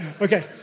Okay